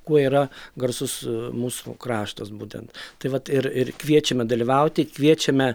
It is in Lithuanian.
kuo yra garsus mūsų kraštas būtent tai vat ir ir kviečiame dalyvauti kviečiame